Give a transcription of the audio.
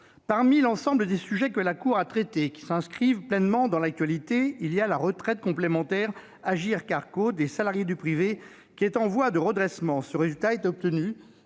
Parmi l'ensemble des sujets que la Cour a traités et qui s'inscrivent pleinement dans l'actualité figure la retraite complémentaire Agirc-Arrco des salariés du privé qui est en voie de redressement. Ce résultat est obtenu